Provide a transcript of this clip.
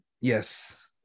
yes